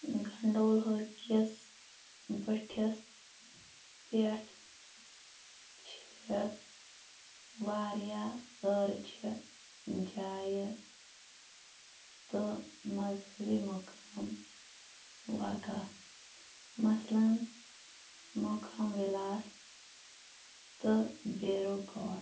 گنٛڈولاکِس بٔٹِھس پٮ۪ٹھ چھِ واریاہ سٲرٕچہِ جایہِ تہٕ مذہبی مُقام واقع مثلاً مُکھم وِلاس تہٕ بھیرو گھاٹ